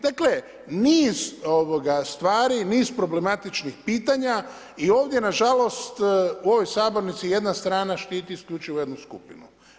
Dakle, niz stvari, niz problematičnih pitanja i ovdje nažalost, u ovoj Sabornici jedna strana štiti isključivo jednu skupinu.